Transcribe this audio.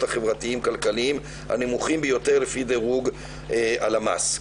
החברתיים-כלכליים הנמוכים ביותר לפי דירוג הלמ"ס.